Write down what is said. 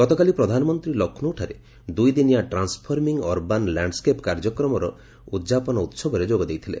ଗତକାଲି ପ୍ରଧାନମନ୍ତ୍ରୀ ଲକ୍ଷ୍ନୌଠାରେ ଦୁଇଦିନିଆ ଟ୍ରାନ୍ସଫର୍ମିଙ୍ଗ୍ ଅର୍ବାନ୍ ଲ୍ୟାଣ୍ଡ୍ସ୍କେପ୍ କାର୍ଯ୍ୟକ୍ରମର ଉଦ୍ଯାପନ ଉତ୍ସବରେ ଯୋଗ ଦେଇଥିଲେ